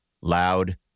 loud